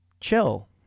chill